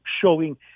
showing